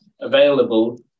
available